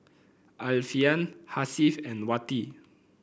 Alfian Hasif and Wati